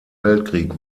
weltkrieg